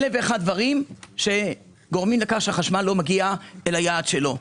אלף ואחד דברים שגורמים לכך שהחשמל לא מגיע ליעד שלו.